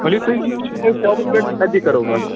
ؤلِو تُہۍ یِیِو صبحٲے شاپس پٮ۪ٹھ تَتی کَرو کَتھ